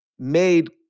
made